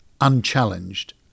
unchallenged